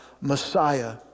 Messiah